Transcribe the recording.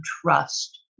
trust